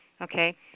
Okay